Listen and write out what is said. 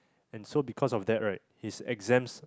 and so because of that right his exams